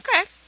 okay